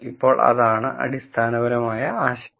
അപ്പോൾഅതാണ് അടിസ്ഥാനപരമായ ആശയം